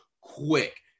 quick